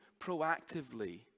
proactively